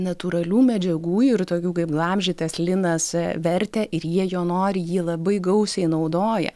natūralių medžiagų ir tokių kaip glamžytas linas vertę ir jie jo nori jį labai gausiai naudoja